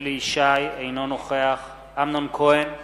אינו נוכח אמנון כהן,